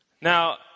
Now